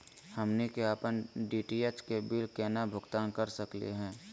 हमनी के अपन डी.टी.एच के बिल केना भुगतान कर सकली हे?